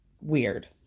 weird